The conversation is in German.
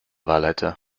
wahlleiter